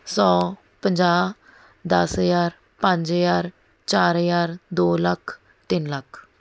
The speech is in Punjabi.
ਸੌ ਪੰਜਾਹ ਦਸ ਹਜ਼ਾਰ ਪੰਜ ਹਜ਼ਾਰ ਚਾਰ ਹਜ਼ਾਰ ਦੋ ਲੱਖ ਤਿੰਨ ਲੱਖ